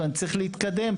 שאף אחד לא יתבלבל פה,